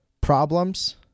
problems